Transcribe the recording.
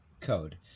code